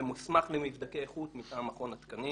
ומוסמך למבדקי איכות מטעם מכון התקנים.